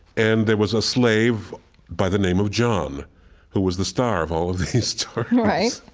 and there was a slave by the name of john who was the star of all of these stories.